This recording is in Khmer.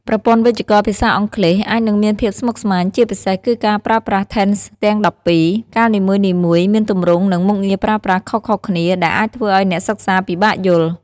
ប្រព័ន្ធវេយ្យាករណ៍ភាសាអង់គ្លេសអាចនឹងមានភាពស្មុគស្មាញ ជាពិសេសគឺការប្រើប្រាស់ tenses ទាំង ១២។ កាលនីមួយៗមានទម្រង់ និងមុខងារប្រើប្រាស់ខុសៗគ្នា ដែលអាចធ្វើឱ្យអ្នកសិក្សាពិបាកយល់។